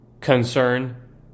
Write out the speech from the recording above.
concern